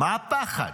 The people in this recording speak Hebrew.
מה הפחד?